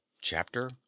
Chapter